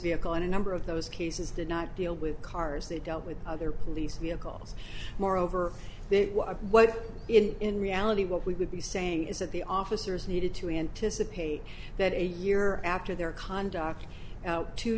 vehicle and a number of those cases did not deal with cars they dealt with other police vehicles moreover what if in reality what we would be saying is that the officers needed to anticipate that a year after their conduct